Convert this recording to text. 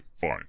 fine